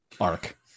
arc